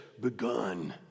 begun